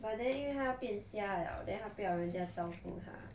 but then 因为他要变瞎了他不要人家照顾他